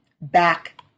back